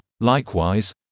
likewise